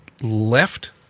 left